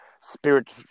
spirit